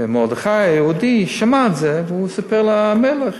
ומרדכי היהודי שמע את זה והוא סיפר למלך,